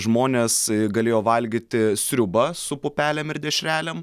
žmonės galėjo valgyti sriubą su pupelėm ir dešrelėm